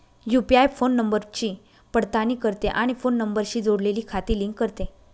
UPI phone नंबरची पडताळणी करते आणि फोन नंबरशी जोडलेली खाती लिंक करते